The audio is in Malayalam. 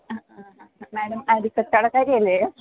അ ആ മേഡം ആ ഇത് കച്ചവടക്കാരിയല്ലേ